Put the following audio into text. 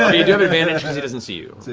ah you do have advantage because he doesn't see you.